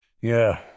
Yeah